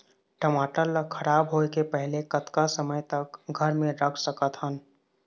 टमाटर ला खराब होय के पहले कतका समय तक घर मे रख सकत हन?